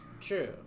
True